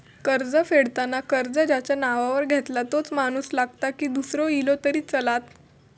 कर्ज फेडताना कर्ज ज्याच्या नावावर घेतला तोच माणूस लागता की दूसरो इलो तरी चलात?